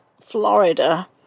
Florida